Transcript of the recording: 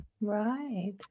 Right